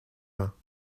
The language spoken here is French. ans